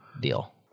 deal